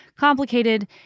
complicated